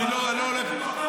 אני אגיד לך מה.